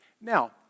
Now